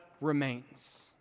remains